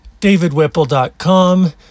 davidwhipple.com